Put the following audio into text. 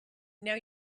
now